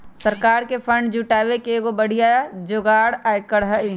सरकार के फंड जुटावे के एगो बढ़िया जोगार आयकर हई